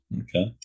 Okay